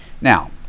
Now